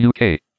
UK